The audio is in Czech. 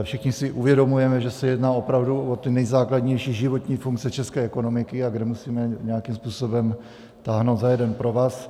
Všichni si uvědomujeme, že se jedná opravdu o ty nejzákladnější životní funkce české ekonomiky, a kde musíme nějakým způsobem táhnout za jeden provaz.